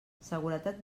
seguretat